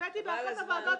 הבאתי את זה באחת הוועדות.